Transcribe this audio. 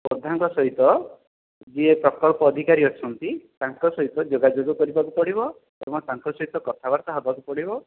ପ୍ରଧାଙ୍କ ସହିତ ଯିଏ ପ୍ରକଳ୍ପ ଅଧିକାରୀ ଅଛନ୍ତି ତାଙ୍କ ସହିତ ଯୋଗାଯୋଗ କରିବାକୁ ପଡ଼ିବ ଏବଂ ତାଙ୍କ ସହିତ କଥାବାର୍ତ୍ତା ହେବାକୁ ପଡ଼ିବ